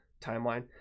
timeline